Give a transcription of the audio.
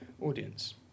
audience